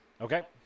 Okay